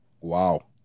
Wow